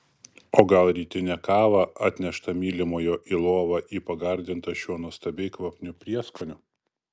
o gal rytinę kavą atneštą mylimojo į lovą į pagardintą šiuo nuostabiai kvapniu prieskoniu